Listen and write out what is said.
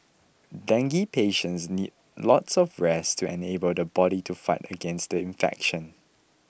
dengue patients need lots of rest to enable the body to fight against the infection